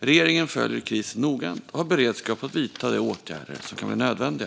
Regeringen följer krisen noggrant och har beredskap för att vidta de åtgärder som kan bli nödvändiga.